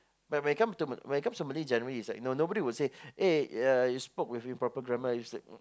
but when it come to when it comes to Malay generally is like no nobody will say eh uh you spoke with improper grammar is like